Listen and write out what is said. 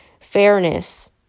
fairness